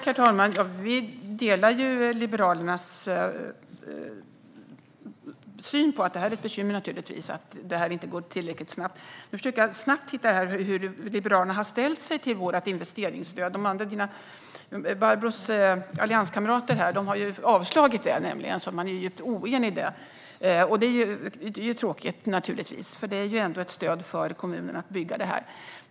Herr talman! Vi delar Liberalernas syn att detta är ett bekymmer och att det inte går tillräckligt snabbt. Jag ska bara snabbt försöka titta i mina anteckningar hur Liberalerna har ställt sig till vårt investeringsstöd. Barbros allianskamrater har nämligen avfärdat det, så man är djupt oenig där. Det är naturligtvis tråkigt, för det är ett stöd till kommunerna för att bygga.